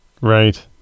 Right